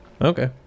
okay